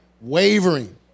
wavering